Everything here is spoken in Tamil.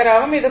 இது 0